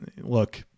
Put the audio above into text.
look